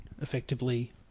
effectively